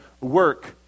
work